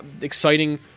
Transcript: exciting